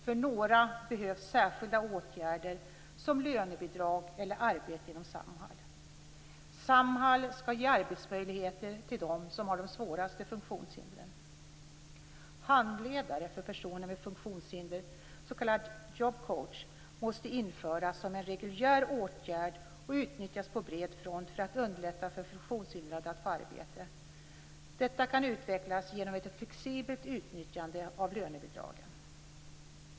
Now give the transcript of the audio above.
För några behövs särskilda åtgärder, som lönebidrag eller arbete inom Samhall. Samhall skall ge arbetsmöjligheter till dem som har de svåraste funktionshindren. Handledare för personer med funktionshinder, s.k. job coach, måste införas som en reguljär åtgärd och utnyttjas på bred front för att underlätta för funktionshindrade att få arbete. Detta kan utvecklas genom ett flexibelt utnyttjande av lönebidragen.